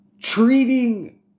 treating